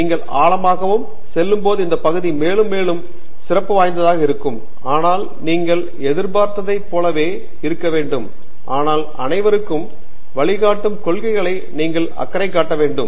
நீங்கள் ஆழமாகவும் செல்லும்போது இந்த பகுதி மேலும் மேலும் சிறப்பு வாய்ந்ததாக இருக்கும் ஆனால் நீங்கள் எதிர்பார்த்ததைப் போலவே இருக்க வேண்டும் ஆனால் அனைவருக்கும் வழிகாட்டும் கொள்கைகளை நீங்கள் அக்கறை காட்ட வேண்டும்